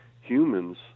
Humans